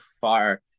far